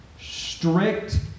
strict